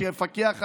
שיפקח עליהם,